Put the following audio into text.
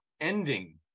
ending